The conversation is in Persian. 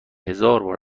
هزاربار